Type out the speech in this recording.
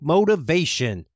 Motivation